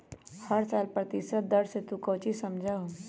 हर साल प्रतिशत दर से तू कौचि समझा हूँ